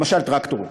למשל טרקטור,